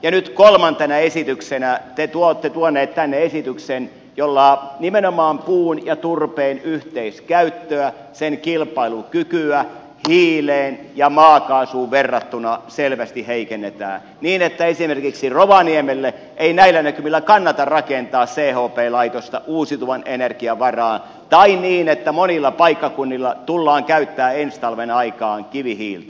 ja nyt kolmantena esityksenä te olette tuonut tänne esityksen jolla nimenomaan puun ja turpeen yhteiskäyttöä sen kilpailukykyä hiileen ja maakaasuun verrattuna selvästi heikennetään niin että esimerkiksi rovaniemelle ei näillä näkymin kannata rakentaa chp laitosta uusiutuvan energian varaan tai niin että monilla paikkakunnilla tullaan käyttämään ensi talven aikaan kivihiiltä